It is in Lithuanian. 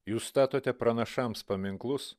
jūs statote pranašams paminklus